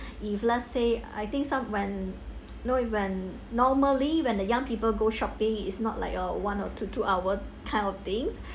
if let's say I think some when know when normally when the young people go shopping is not like a one or to two hour kind of things